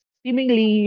seemingly